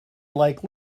like